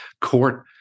court